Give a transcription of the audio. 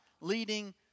leading